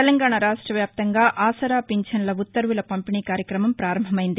తెలంగాణ రాష్ట వ్యాప్తంగా ఆసరా పింఛన్ల ఉత్తర్వుల పంపిణీ కార్యక్రమం ప్రారంభమైంది